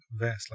vastly